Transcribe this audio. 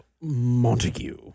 Montague